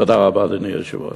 תודה רבה, אדוני היושב-ראש.